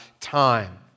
time